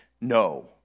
no